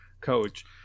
coach